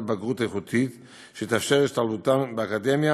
בגרות איכותית שתאפשר את השתלבותם באקדמיה,